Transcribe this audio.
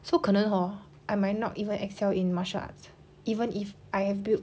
so 可能 hor I might not even excel in martial arts even if I have build